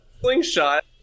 slingshot